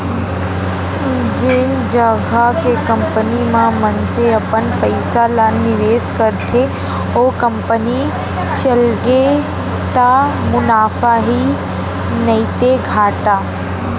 जेन जघा के कंपनी म मनसे अपन पइसा ल निवेस करथे ओ कंपनी चलगे त मुनाफा हे नइते घाटा